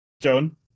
Joan